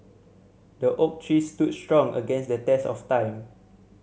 the oak tree stood strong against the test of time